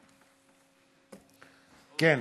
כן,